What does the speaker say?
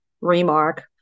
remark